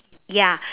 ya